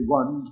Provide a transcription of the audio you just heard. one